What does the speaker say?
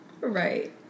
Right